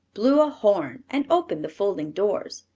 blew a horn and opened the folding doors.